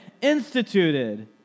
instituted